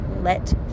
let